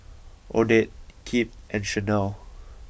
Odette Kipp and Channel